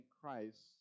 Christ